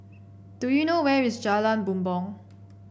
do you know where is Jalan Bumbong